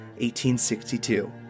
1862